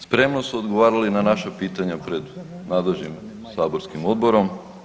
Spremno su odgovarali na naša pitanja pred nadležnim saborskim Odborom.